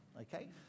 Okay